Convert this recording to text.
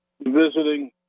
visiting